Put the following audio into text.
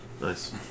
Nice